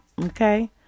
okay